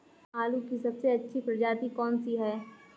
आलू की सबसे अच्छी प्रजाति कौन सी है?